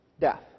Death